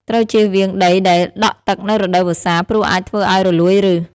ត្រូវជៀសវាងដីដែលដក់ទឹកនៅរដូវវស្សា ព្រោះអាចធ្វើឲ្យរលួយឫស។